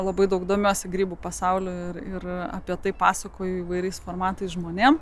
labai daug domiuosi grybų pasauliu ir apie tai pasakoju įvairiais formatais žmonėm